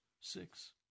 six